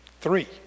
Three